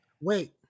wait